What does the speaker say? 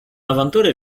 awantury